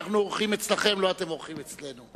אנחנו אורחים אצלכן, לא אתן אורחות אצלנו.